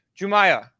Jumaya